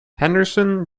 henderson